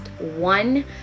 one